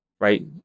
Right